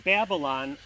Babylon